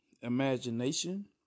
Imagination